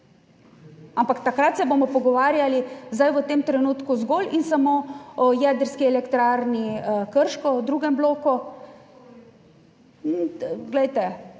ampak takrat se bomo pogovarjali zdaj v tem trenutku zgolj in samo o Jedrski elektrarni Krško, o drugem bloku.